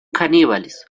caníbales